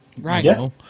right